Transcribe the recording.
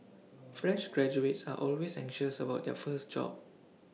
fresh graduates are always anxious about their first job